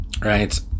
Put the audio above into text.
right